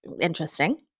interesting